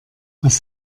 was